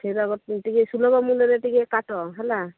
କ୍ଷୀର ଟିକେ ସୁଲଭ ମୂଲ୍ୟରେ ଟିକେ କାଟ ହେଲା